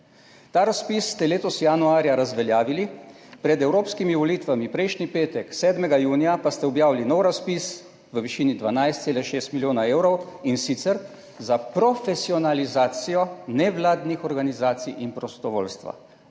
Ta razpis ste letos januarja razveljavili, pred Evropskimi volitvami prejšnji petek, 7. junija, pa ste objavili nov razpis v višini 12,6 milijona evrov, in sicer za profesionalizacijo nevladnih organizacij in prostovoljstva.